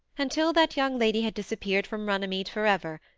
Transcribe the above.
until that young lady had disappeared from runnymede for ever,